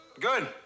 Good